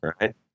Right